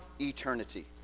eternity